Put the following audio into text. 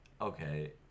okay